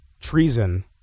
treason